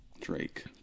Drake